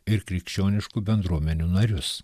ir krikščioniškų bendruomenių narius